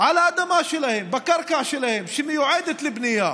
על האדמה שלהם, בקרקע שלהם, שמיועדת לבנייה,